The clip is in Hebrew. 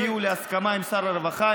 הן הגיעו להסכמה עם שר הרווחה,